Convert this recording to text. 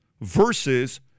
versus